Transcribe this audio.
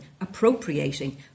appropriating